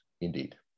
indeed